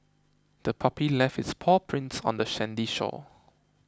the puppy left its paw prints on the sandy shore